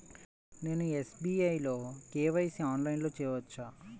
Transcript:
నేను ఎస్.బీ.ఐ లో కే.వై.సి ఆన్లైన్లో చేయవచ్చా?